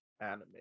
anime